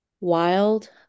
Wild